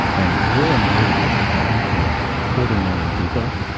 and war and murder is about you know a quarter million people.